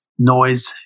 Noise